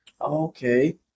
Okay